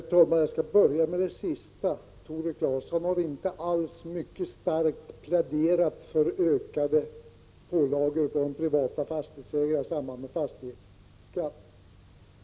Herr talman! Jag skall börja med att ta upp det sist anförda. Tore Claeson har inte alls mycket starkt pläderat för ökade pålagor på de privata fastighetsägarna i form av fastighetsskatt.